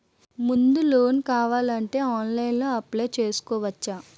Mudra loan కావాలి అంటే ఆన్లైన్లో అప్లయ్ చేసుకోవచ్చా?